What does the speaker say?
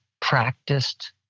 practiced